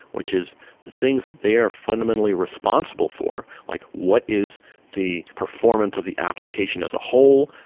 which is the things that they are fundamentally responsible for, like what is the performance of the application as a whole,